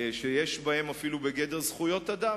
שיש בהם אפילו בגדר זכויות אדם.